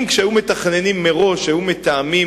אם כשהיו מתכננים מראש היו מתאמים,